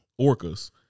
orcas